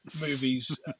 movies